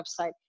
website